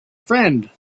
friend